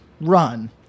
run